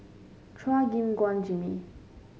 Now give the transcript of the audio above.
Chua Gim Guan Jimmy